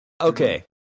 Okay